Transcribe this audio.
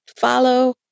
follow